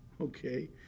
Okay